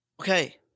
Okay